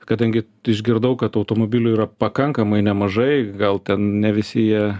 kadangi išgirdau kad automobilių yra pakankamai nemažai gal ten ne visi jie